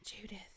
Judith